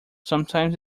sometimes